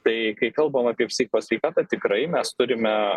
tai kai kalbam apie psichikos sveikatą tikrai mes turime